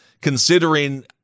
considering